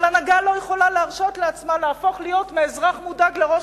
אבל הנהגה לא יכולה להרשות לעצמה להפוך להיות מאזרח מודאג לראש